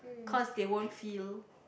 cause they won't feel